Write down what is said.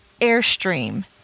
airstream